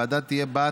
הוועדה תהיה בת